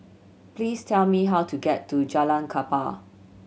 please tell me how to get to Jalan Kapal